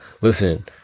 Listen